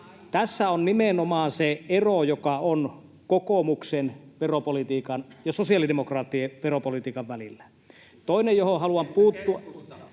Tässä on nimenomaan se ero, joka on kokoomuksen veropolitiikan ja sosiaalidemokraattien veropolitiikan välillä. [Ben Zyskowicz: Entäs